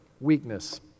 Weakness